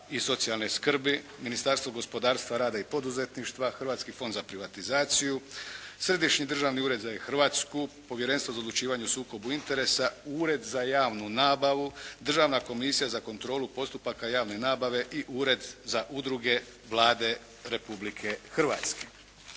i socijalne skrbi, Ministarstvo gospodarstva, rada i poduzetništva, Hrvatski fond za privatizaciju, Središnji državni ured za E Hrvatsku, Povjerenstvo za odlučivanje o sukobu interesa, Ured za javnu nabavu, Državna komisija za kontrolu postupaka javne nabave i Ured za udruge Vlade Republike Hrvatske.